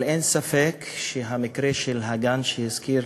אבל אין ספק שהמקרה של הגן שהזכיר